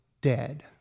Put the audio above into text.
dead